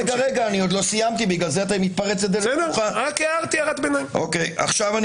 או בן אדם שמתעכב בגלל הדברים האלה בין אם